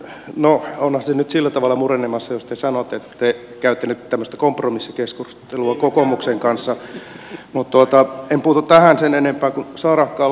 onhan se nyt sillä tavalla murenemassa jos te sanotte että te käytte tämmöistä kompromissikeskustelua kokoomuksen kanssa mutta en puutu tähän sen enempää kuin saarakkala